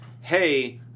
hey